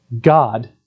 God